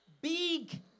Big